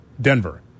Denver